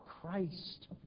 Christ